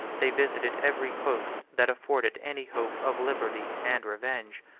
they visited every coast that afforded any hope of liberty and revenge.